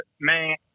Man